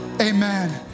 amen